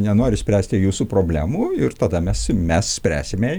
nenori spręsti jūsų problemų ir tada mes mes spręsime